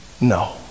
No